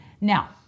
Now